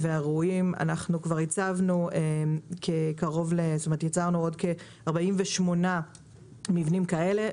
יצרנו 48 מבנים כאלה,